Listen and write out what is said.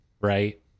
right